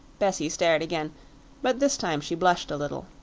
bessie stared again but this time she blushed a little.